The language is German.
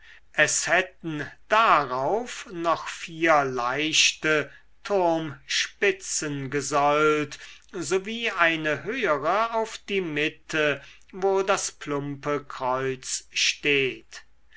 es hätten darauf noch vier leichte turmspitzen gesollt sowie eine höhere auf die mitte wo das plumpe kreuz steht